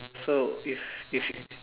so if if